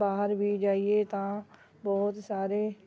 ਬਾਹਰ ਵੀ ਜਾਈਏ ਤਾਂ ਬਹੁਤ ਸਾਰੇ